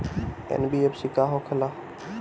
NBFC का होंखे ला?